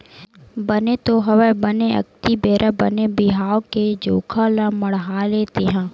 बने तो हवय बने अक्ती बेरा बने बिहाव के जोखा ल मड़हाले तेंहा